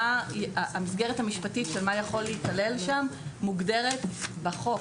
המסגרת המשפטית של מה יכול להיכלל שם מוגדרת בחוק,